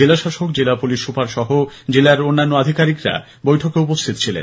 জেলাশাসক জেলা police super সহ জেলার অন্যান্য আধিকারিকরা এই বৈঠকে উপস্থিত ছিলেন